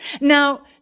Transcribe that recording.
Now